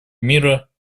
мира